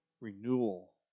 renewal